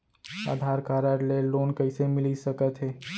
आधार card ले loan कइसे मिलिस सकत हे?